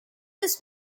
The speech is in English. his